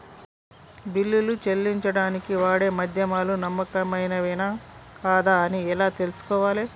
బిల్లులు చెల్లించడానికి వాడే మాధ్యమాలు నమ్మకమైనవేనా కాదా అని ఎలా తెలుసుకోవాలే?